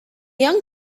young